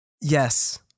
Yes